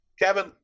Kevin